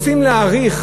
רוצים להאריך